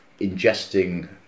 ingesting